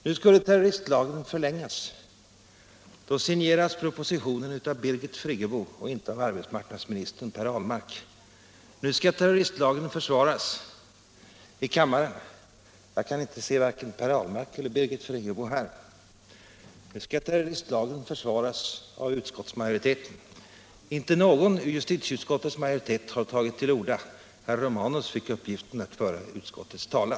Nu -— efter valet — är det på nytt aktuellt att förlänga terroristlagen. Nu skall terroristlagen försvaras i kammaren. Jag kan vare sig se Per Ahlmark eller Birgit Friggebo här. Nu skall terroristlagen försvaras av utskottsmajoriteten. Inte någon av justitieutskottets borgerliga ledamöter har tagit till orda. Herr Romanus har tydligen till sist fått ta på sig uppgiften att föra regeringens talan.